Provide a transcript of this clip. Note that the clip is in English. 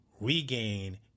regain